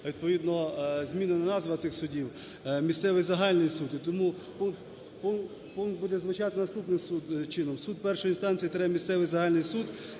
відповідно змінена назва цих судів – місцевий загальний суд. І тому пункт буде звучати наступним чином: "Суд першої інстанції – місцевий загальний суд,